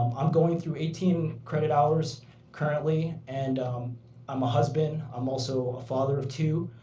um i'm going through eighteen credit hours currently. and i'm a husband. i'm also a father of two.